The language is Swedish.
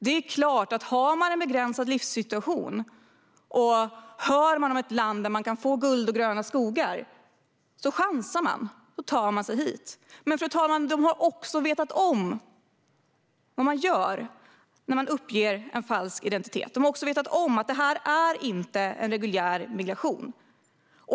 Det är klart att har man en begränsad livssituation och får höra om ett land där man kan få guld och gröna skogar chansar man och tar sig hit. Men, fru talman, de har också vetat om vad man gör när man uppger en falsk identitet. De har också vetat om att detta inte är en reguljär migration.